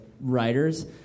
writers